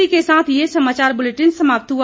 इसी के साथ ये समाचार बुलेटिन समाप्त हुआ